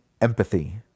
empathy